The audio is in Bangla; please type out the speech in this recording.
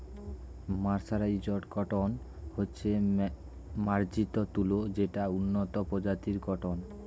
মার্সারাইজড কটন হচ্ছে মার্জিত তুলো যেটা উন্নত প্রজাতির কটন